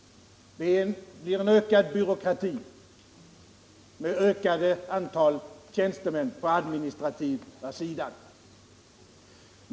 Det blir en ökad byråkrati med ett utökat antal tjänstemän på den administrativa sidan.